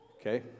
Okay